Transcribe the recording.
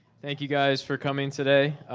thank you guys for coming today.